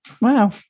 Wow